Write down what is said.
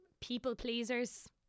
people-pleasers